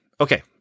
okay